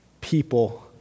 people